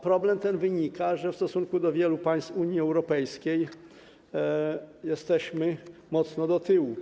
Problem ten wynika z tego, że w stosunku do wielu państw Unii Europejskiej jesteśmy mocno do tytułu.